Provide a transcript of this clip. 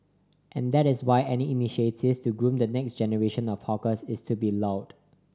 and that is why any initiative to groom the next generation of hawkers is to be lauded